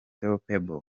batunguwe